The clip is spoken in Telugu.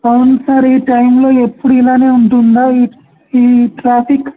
అవును సార్ ఈ టైంలో ఎప్పుడు ఇలాగే ఉంటుందా ఈ ఈ ట్రాఫిక్